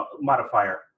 modifier